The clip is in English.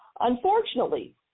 Unfortunately